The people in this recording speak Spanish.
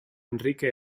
enrique